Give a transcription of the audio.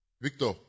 Victor